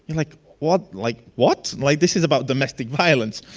and like what? like what? like this is about domestic violence.